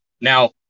Now